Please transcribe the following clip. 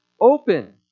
open